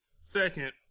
Second